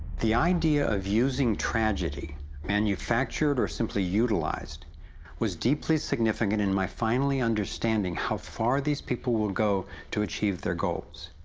the idea of using tragedy manufactured or simply utilised was deeply significant in my finally understanding, how far these people will go to achieve their goals.